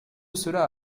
cela